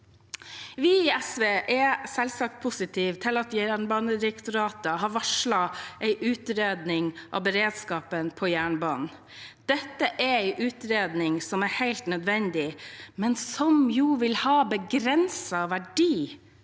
Vi i SV er selvfølgelig positive til at Jernbanedirektoratet har varslet en utredning av beredskapen på jernbanen. Dette er en utredning som er helt nødvendig, men som jo vil ha begrenset verdi